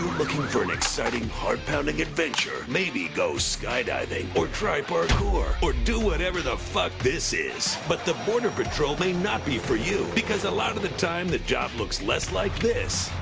for an exciting, heart-pounding adventure, maybe go skydiving or try parkour, or do whatever the fuck this is. but the border patrol may not be for you. because a lot of the time the job looks less like this.